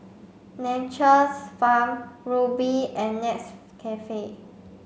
Nature's Farm Rubi and Nescafe